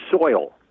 soil